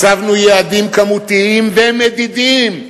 הצבנו יעדים כמותיים ומדידים,